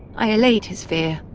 i allayed his fear.